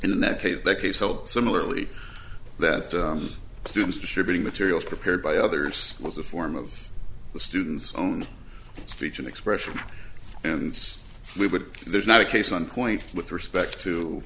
district in that case the case felt similarly that students distributing materials prepared by others was a form of the student's own speech and expression and we would there's not a case on point with respect to